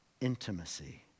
intimacy